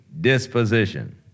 disposition